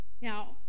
Now